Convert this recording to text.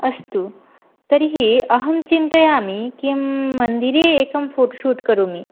अस्तु तर्हि अहं चिन्तयामि किं मन्दिरे एकं फ़ोटो शूट् करोमि